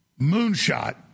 moonshot